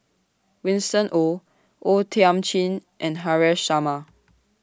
Winston Oh O Thiam Chin and Haresh Sharma